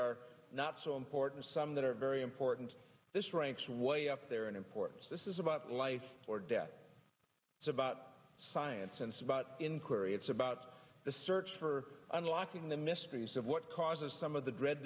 are not so important some that are very important to this ranks way up there and important this is about life or death it's about science and so about inquiry it's about the search for unlocking the mysteries of what causes some of the dread